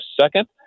second